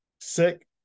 sick